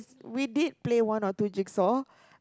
we did play one or two jigsaw